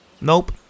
Nope